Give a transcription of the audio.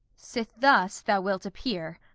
since thus thou wilt appear,